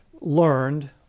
learned